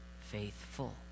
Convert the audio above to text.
faithful